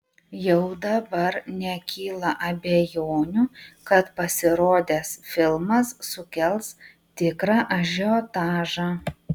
jau dabar nekyla abejonių kad pasirodęs filmas sukels tikrą ažiotažą